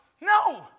No